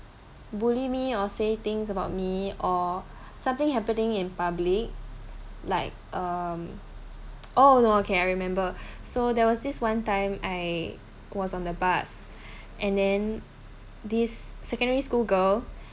bully me or say things about me or something happening in public like um oh no okay I remember so there was this one time I was on the bus and then this secondary school girl